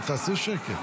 סדרנים, תעשו שם שקט.